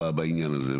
בעניין הזה.